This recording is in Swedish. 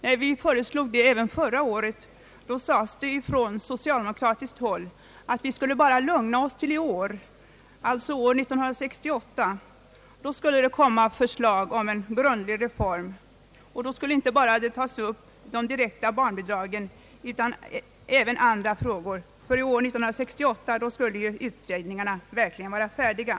När vi redan förra året föreslog detta, sades det från socialdemokratiskt håll att vi bara skulle lugna oss till i år. Då skulle det komma förslag om en grundlig reform. Då skulle inte bara de direkta barnbidragen tas upp utan även andra frågor, ty år 1968 skulle utredningarna verkligen vara färdiga.